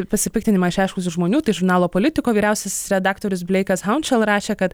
pasipiktinimą išreiškusių žmonių tai žurnalo politiko vyriausiasis redaktorius bleikas haunšel rašė kad